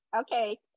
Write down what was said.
Okay